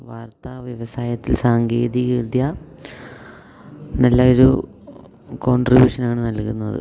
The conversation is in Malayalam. വാർത്താവ്യവസായത്തിൽ സാങ്കേതികവിദ്യ നല്ല ഒരു കോൺട്രിബ്യൂഷനാണ് നൽകുന്നത്